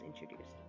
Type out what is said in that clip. introduced